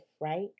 right